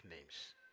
names